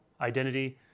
identity